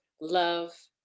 Love